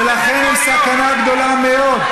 ולכן, סכנה גדולה מאוד.